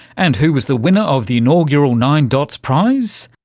and who was the winner of the inaugural nine dot prize?